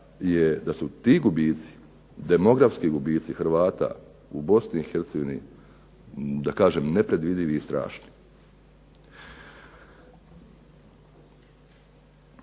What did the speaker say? je, da su ti gubici, demografski gubici Hrvata u Bosni i Hercegovini da kažem nepredvidivi i strašni.